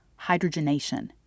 hydrogenation